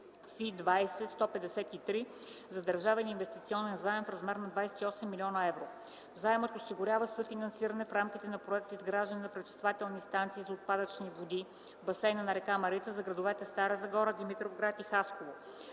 за държавен инвестиционен заем в размер 28 млн. евро. Заемът осигурява съфинансиране в рамките на проект „Изграждане на пречиствателни станции за отпадъчни води в басейна на река Марица за градовете Стара Загора, Димитровград и Хасково.